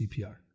CPR